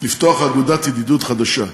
לפתוח אגודת ידידות חדשה,